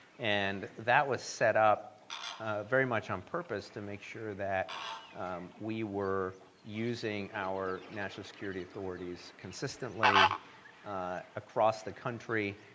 and that was set up very much on purpose to make sure that we were using our national security authorities consistently across the country,